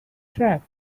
track